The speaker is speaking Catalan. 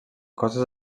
coses